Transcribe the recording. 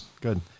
good